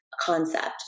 concept